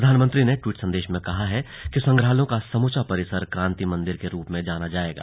प्रधानमंत्री ने ट्वीट संदेश में कहा है कि संग्रहालयों का समूचा परिसर क्रांति मंदिर के रूप में जाना जाएगा